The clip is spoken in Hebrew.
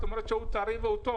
זאת אומרת שהוא טרי והוא טוב.